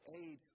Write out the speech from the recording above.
aid